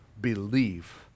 believe